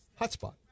hotspot